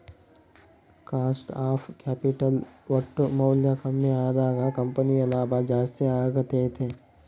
cost of capital ಒಟ್ಟು ಮೌಲ್ಯ ಕಮ್ಮಿ ಅದಾಗ ಕಂಪನಿಯ ಲಾಭ ಜಾಸ್ತಿ ಅಗತ್ಯೆತೆ